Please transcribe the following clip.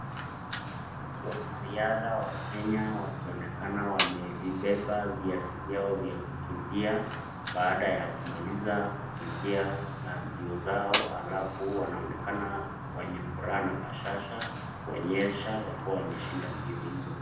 Wanariadha wa Kenya wakionekana wamebobea viatu vyao vya kukimbia baada ya kumaliza kukimbia mambio zao. Halafu wanaonekana wenye furaha na bashasha kuonyesha walikuwa wameshinda mbio hizo.